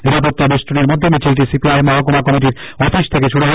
নিরাপত্তা বেষ্টনির মধ্যে মিছিলটি সিপিআইএম মহকুমা কমিটির অফিস থেকে শুরু হয়